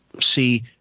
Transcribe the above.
See